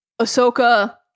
Ahsoka